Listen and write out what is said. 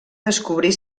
descobrir